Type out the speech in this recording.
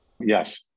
yes